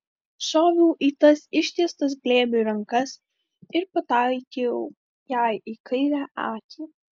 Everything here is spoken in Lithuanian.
šoviau į tas ištiestas glėbiui rankas ir pataikiau jai į kairę akį